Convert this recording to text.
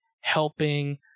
helping